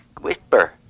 whisper